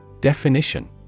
Definition